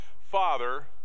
father